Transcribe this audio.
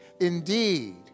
Indeed